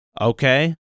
okay